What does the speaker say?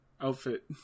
outfit